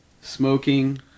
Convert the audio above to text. smoking